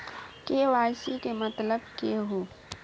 KYC के मतलब केहू?